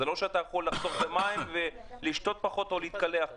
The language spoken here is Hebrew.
זה לא שאתה יכול לחסוך במים ולשתות פחות או להתקלח פחות.